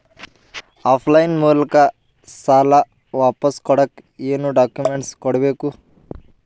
Of line ಮೂಲಕ ಸಾಲ ವಾಪಸ್ ಕೊಡಕ್ ಏನು ಡಾಕ್ಯೂಮೆಂಟ್ಸ್ ಕೊಡಬೇಕು?